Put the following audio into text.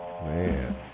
Man